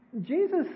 Jesus